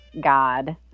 God